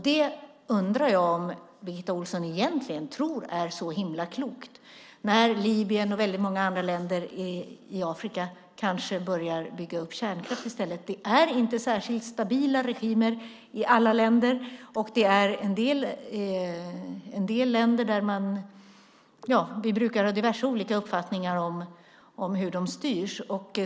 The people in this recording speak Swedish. Jag undrar om Birgitta Ohlsson tycker att det är så klokt att Libyen och andra länder i Afrika kanske börjar bygga upp kärnkraft. Det är inte särskilt stabila regimer i alla länder. Vi brukar ha diverse olika uppfattningar om hur de styrs.